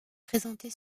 présentée